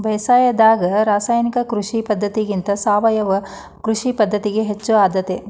ಬೇಸಾಯದಾಗ ರಾಸಾಯನಿಕ ಕೃಷಿ ಪದ್ಧತಿಗಿಂತ ಸಾವಯವ ಕೃಷಿ ಪದ್ಧತಿಗೆ ಹೆಚ್ಚು ಆದ್ಯತೆ